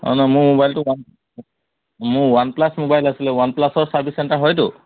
অঁ নাই মোৰ মোবাইলটো ওৱান মোৰ ওৱান প্লাছ মোবাইল আছিলে ওৱান প্লাছৰ ছাৰ্ভিচ চেণ্টাৰ হয়তো